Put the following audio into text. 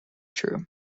true